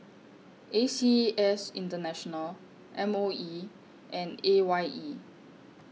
A C S International M O E and A Y E